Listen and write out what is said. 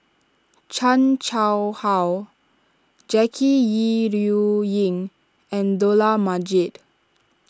Chan Chang How Jackie Yi Ru Ying and Dollah Majid